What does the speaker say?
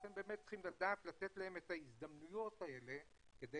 לכן באמת צריכים לדעת לתת להם את ההזדמנויות האלה כדי